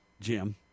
Jim